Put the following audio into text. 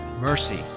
mercy